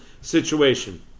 situation